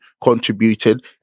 contributed